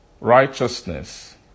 righteousness